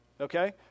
okay